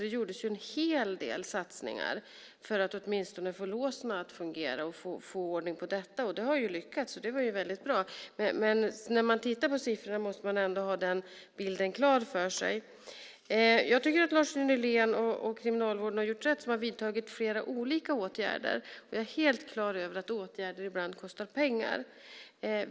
Det gjordes en hel del satsningar för att åtminstone få låsen att fungera och få ordning på detta. Det har lyckats, och det är väldigt bra. När man tittar på siffrorna måste man ha den bilden klar för sig. Jag tycker att Lars Nylén och Kriminalvården har gjort rätt som har vidtagit flera olika åtgärder. Jag har helt klart för mig att åtgärder ibland kostar pengar.